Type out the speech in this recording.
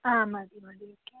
ആ മതി മതി ഓക്കെയാണ്